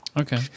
Okay